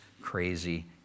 crazy